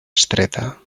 estreta